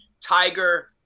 Tiger